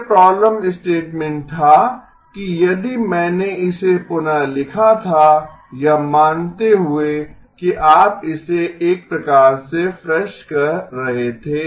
इसलिए problem statement था कि यदि मैंने इसे पुनः लिखा था यह मानते हुए कि आप इसे एक प्रकार से फ्रेश कह रहे थे